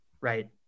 right